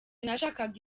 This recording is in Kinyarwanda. nashakaga